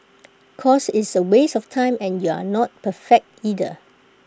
cause it's A waste of time and you're not perfect either